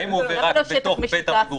האם הוא עובר רק בתוך בית המגורים,